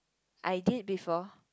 I did before